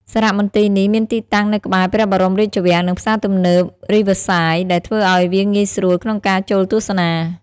សារមន្ទីរនេះមានទីតាំងនៅក្បែរព្រះបរមរាជវាំង និងផ្សារទំនើបរីវើសាយ ដែលធ្វើឲ្យវាងាយស្រួលក្នុងការចូលទស្សនា។